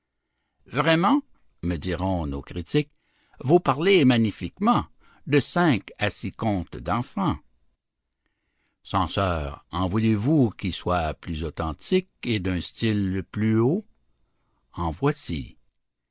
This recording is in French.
vraiment me diront nos critiques vous parlez magnifiquement de cinq ou six contes d'enfant censeurs en voulez-vous qui soient plus authentiques et d'un style plus haut en voici